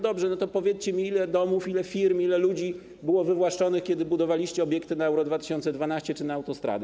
Dobrze, to powiedzcie mi, ile domów, ile firm i ile ludzi było wywłaszczonych, kiedy budowaliście obiekty na Euro 2012 czy autostrady.